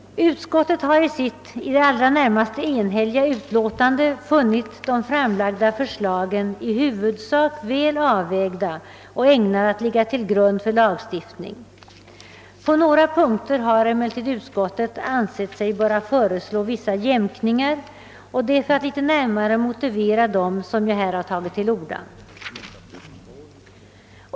Utskottet har i sitt i det allra närmaste enhälliga utlåtande funnit de framlagda förslagen i huvudsak väl avvägda och ägnade att ligga till grund för lagstiftning. På några punkter har emellertid utskottet ansett sig böra föreslå vissa jämkningar, och det är för att litet närmare motivera dem som jag har tagit till orda.